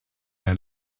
der